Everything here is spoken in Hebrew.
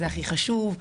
הכי חשוב,